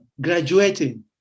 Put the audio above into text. graduating